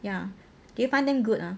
ya do you find them good ah